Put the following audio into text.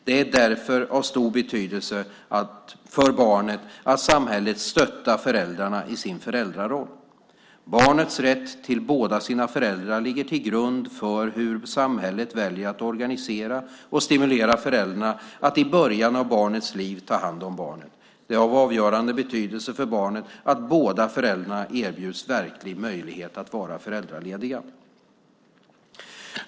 Det är därför av stor betydelse för barnet att samhället stöttar föräldrarna i deras föräldraroll. Barnets rätt till båda sina föräldrar ligger till grund för hur samhället väljer att organisera och stimulera föräldrarna att i början av barnets liv ta hand om barnet. Det är av avgörande betydelse för barnet att båda föräldrarna erbjuds verkliga möjligheter att vara föräldralediga.